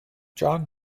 john